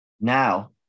now